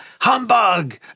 humbug